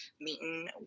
meeting